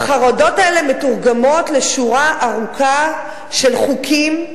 והחרדות האלה מתורגמות לשורה ארוכה של חוקים,